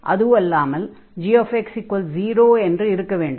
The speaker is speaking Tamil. அதுவல்லாமல் g 0 என்று இருக்க வேண்டும்